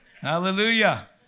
Hallelujah